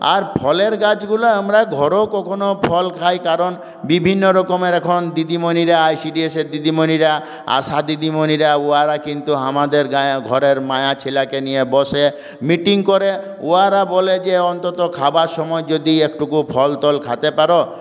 আর ফলের গাছগুলো আমরা ধরো কখনও ফল খাই কারণ বিভিন্ন রকমের এখন দিদিমণিরা আই শি ডি এশের দিদিমণিরা আসা দিদিমণিরা ওরা কিন্তু আমাদের গাঁয়ের ঘরের মেয়েছেলেকে নিয়ে বসে মিটিং করে ওরা বলে যে অন্তত খাবার সময় যদি একটুকু ফল তল খেতে পারো